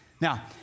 Now